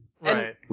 Right